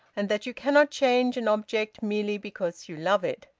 and that you cannot change an object merely because you love it.